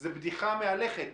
זו בדיחה מהלכת.